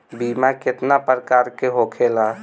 बीमा केतना प्रकार के होखे ला?